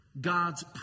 god's